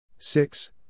Six